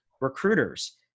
recruiters